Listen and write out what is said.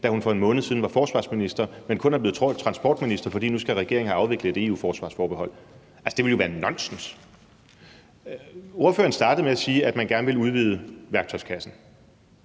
da hun for en måned siden var forsvarsminister, men kun er blevet transportminister, fordi regeringen nu skal have afviklet et EU-forsvarsforbehold. Altså, det ville jo være nonsens. Ordføreren startede med at sige, at man gerne ville udvide værktøjskassen,